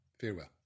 farewell